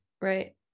Right